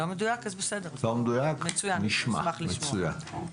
נשמח לשמוע.